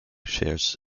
shares